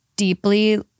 deeply